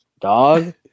Dog